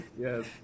yes